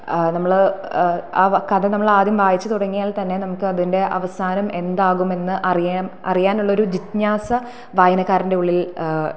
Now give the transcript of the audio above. നമ്മൾ ആ കഥ നമ്മളാദ്യം വായിച്ചു തുടങ്ങിയാൽ തന്നെ നമുക്ക് അതിൻ്റെ അവസാനം എന്താകുമെന്ന് അറിയണം അറിയാനുള്ളൊരു ജിജ്ഞാസ വായനക്കാരൻ്റെ ഉള്ളിൽ